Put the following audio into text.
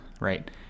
right